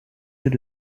yeux